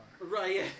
Right